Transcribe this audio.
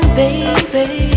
baby